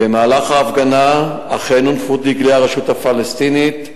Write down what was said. במהלך ההפגנה אכן הונפו דגלי הרשות הפלסטינית,